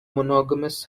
monogamous